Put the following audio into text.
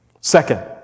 Second